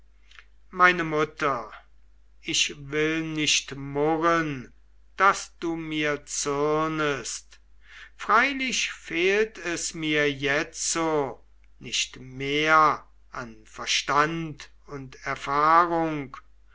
meine mutter ich will nicht murren daß du mir zürnest freilich fehlt es mir jetzo nicht mehr an verstand und erfahrung